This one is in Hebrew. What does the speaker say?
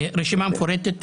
רשימה מפורטת?